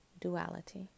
duality